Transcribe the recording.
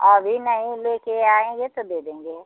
अभी नहीं लेकर आएँगे तो दे देंगे